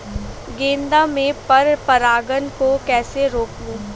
गेंदा में पर परागन को कैसे रोकुं?